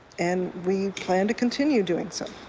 and we plan to continue doing so.